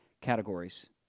categories